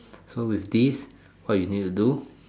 so with this what you need to do